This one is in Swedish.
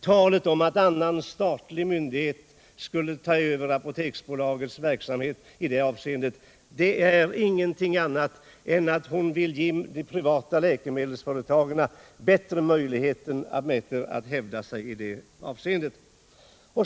Talet om att annan statlig myndighet skulle ta över Apoteksbolagets verksamhet i detta avseende betyder ingenting annat än att hon vill ge de privata läkemedelsföretagen bättre möjligheter att hävda sig.